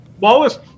wallace